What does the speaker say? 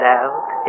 out